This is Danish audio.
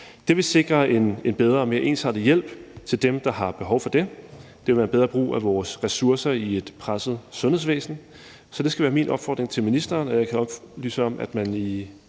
Det vil sikre en bedre og mere ensartet hjælp til dem, der har behov for det, og det vil være en bedre brug af vores ressourcer i et presset sundhedsvæsen. Så det skal være min opfordring til ministeren, og jeg kan oplyse om, at man for